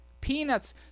Peanuts